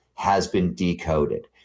has been decoded.